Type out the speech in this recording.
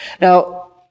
Now